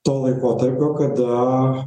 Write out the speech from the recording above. to laikotarpio kada